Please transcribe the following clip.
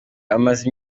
amaze